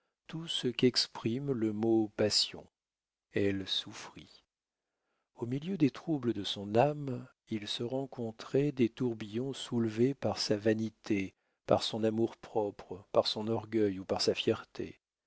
tout ce qu'exprime le mot passion elle souffrit au milieu des troubles de son âme il se rencontrait des tourbillons soulevés par sa vanité par son amour-propre par son orgueil ou par sa fierté